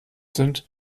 sind